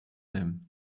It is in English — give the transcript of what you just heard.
him